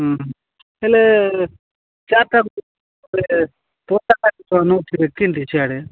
ହଁ ହେଲେ ଚାରିଟା ପୋଷା ନଉଥିବେ କେନିତି ସିଆଡ଼େ